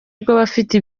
bw’abafite